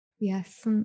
Yes